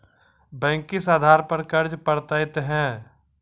Bank किस आधार पर कर्ज पड़तैत हैं?